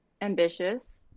ambitious